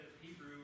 Hebrew